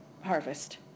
harvest